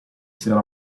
sino